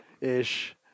ish